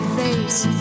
face